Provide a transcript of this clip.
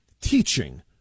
teaching